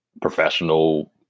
professional